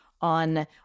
on